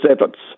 efforts